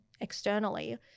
externally